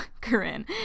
Corinne